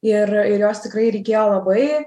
ir ir jos tikrai reikėjo labai